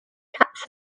cats